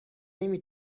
نمی